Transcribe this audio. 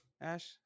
ash